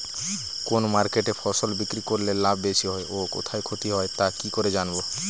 কোন মার্কেটে ফসল বিক্রি করলে লাভ বেশি হয় ও কোথায় ক্ষতি হয় তা কি করে জানবো?